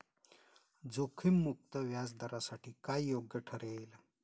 जोखीम मुक्त व्याजदरासाठी काय योग्य ठरेल?